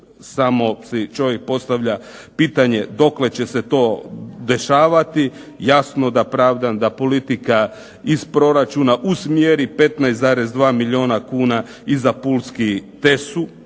samo si čovjek postavlja pitanje dokle će se to dešavati. Jasno da pravdam da politika iz proračuna usmjeri 15,2 milijuna kuna i za pulski tesu,